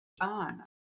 on